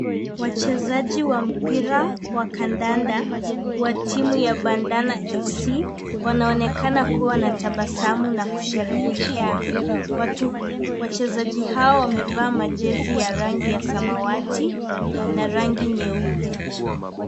Wachezaji wa mpira wa kandanda wa timu ya Bandari FC, Wanaonekana kuwa na tabasamu na kusherehekea. Wachezaji hao wamevaa majezi ya rangi ya samawati na rangi nyeupe.